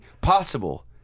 possible